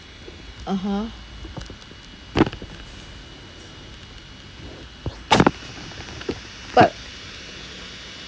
(uh huh) but